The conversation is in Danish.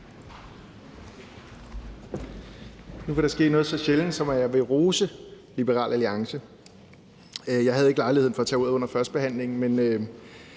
Nu vil der ske noget så sjældent som, at jeg vil rose Liberal Alliance. Jeg havde ikke lejlighed til at tage ordet under førstebehandlingen, men